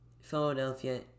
Philadelphia